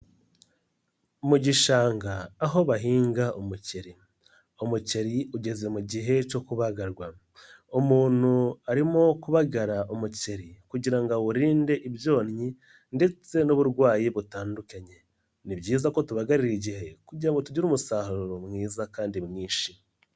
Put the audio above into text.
Mu gishanga aho bahinga umuceri, umuceri ugeze mu gihe cyo kubagarwa, umuntu arimo kubagara umuceri kugira ngo awurinde ibyonnyi ndetse n'uburwayi butandukanye, ni byiza ko tubagarira igihe kugira ngo tugire umusaruro mwiza kandi mwinshi.